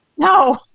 No